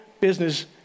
business